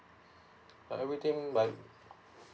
everything like